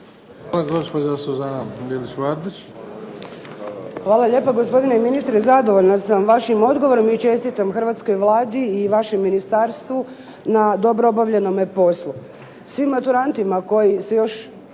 Vardić, Suzana (HDZ)** Hvala lijepo gospodine ministre. Zadovoljna sam vašim odgovorom i čestitam hrvatskoj Vladi i vašem ministarstvu na dobro obavljenome poslu. Svim maturantima koji se još